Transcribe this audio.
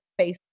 Facebook